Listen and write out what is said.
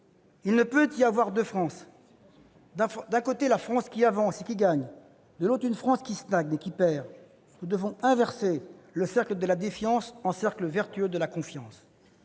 Il ne peut y avoir deux France : d'un côté, une France qui avance et qui gagne ; de l'autre, une France qui stagne et qui perd. Nous devons inverser le cercle de la défiance et le transformer en cercle vertueux de la confiance.